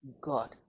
God